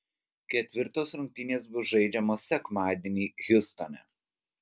ketvirtos rungtynės bus žaidžiamos sekmadienį hjustone